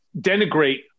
denigrate